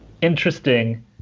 interesting